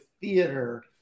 theater